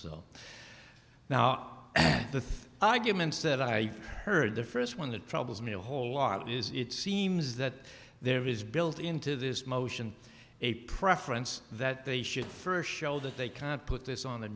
so now the arguments that i heard the first one that troubles me a whole lot is it seems that there is built into this motion a preference that they should first show that they can't put this on the